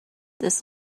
this